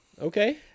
okay